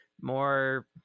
more